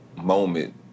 moment